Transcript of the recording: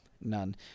None